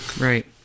Right